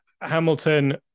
Hamilton